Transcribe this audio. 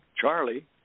Charlie